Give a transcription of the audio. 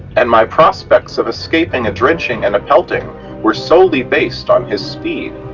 and my prospects of escaping a drenching and a pelting were solely based on his speed.